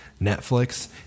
netflix